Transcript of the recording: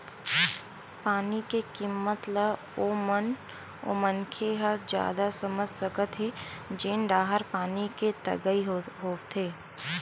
पानी के किम्मत ल ओ मनखे ह जादा समझ सकत हे जेन डाहर पानी के तगई होवथे